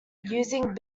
using